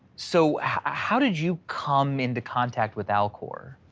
so ah how did you come into contact with alcor?